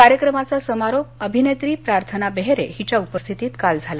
कार्यक्रमाचा समारोप अभिनेत्री प्रार्थना बेहेर हीच्या उपस्थितीत काल झाला